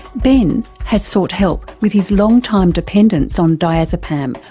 ben has sought help with his long-time dependence on diazepam,